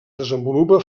desenvolupa